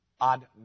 ad